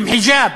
עם חיג'אב,